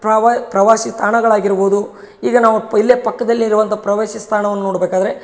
ಪ್ರವ ಪ್ರವಾಸಿ ತಾಣಗಳು ಆಗಿರ್ಬೋದು ಈಗ ನಾವು ಪ್ ಇಲ್ಲೇ ಪಕ್ಕದಲ್ಲಿ ಇರುವಂಥ ಪ್ರವಾಸಿ ತಾಣವನ್ ನೋಡಬೇಕಾದ್ರೆ